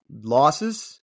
losses